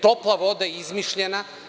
Topla voda je izmišljena.